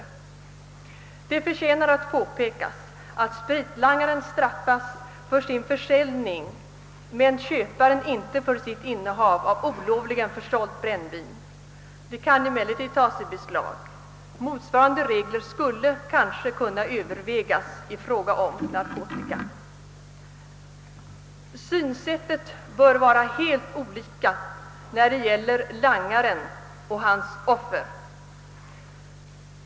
Det förtjänar att påpekas att spritlangaren straffas för sin försäljning men däremot inte köparen för sitt innehav av olovligen försålt brännvin. Det kan emellertid tas i beslag. Motsvarande regler skulle kanske kunna övervägas i fråga om narkotika. Synsättet bör vara helt olika när det gäller langaren och hans offer.